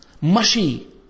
Mushy